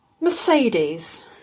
Mercedes